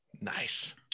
Nice